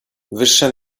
wyższe